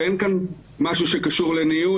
ואין כאן משהו שקשור לניהול,